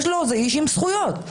זה איש עם זכויות,